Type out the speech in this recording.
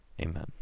Amen